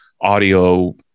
audio